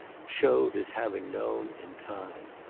showed as having known in time.